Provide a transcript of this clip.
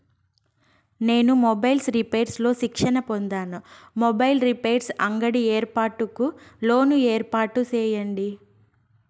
నేను mobiles repairs లో శిక్షణ పొందాను, మొబైల్ రిపైర్స్ అంగడి ఏర్పాటుకు లోను ఏర్పాటు సేయండి?